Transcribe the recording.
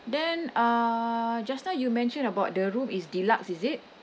then uh just now you mentioned about the room is deluxe is it